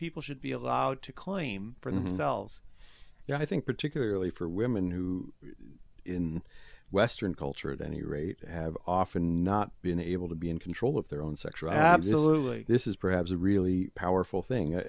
people should be allowed to claim for themselves and i think particularly for women who in western culture at any rate have often not been able to be in control of their own sexual absolutely this is perhaps a really powerful thing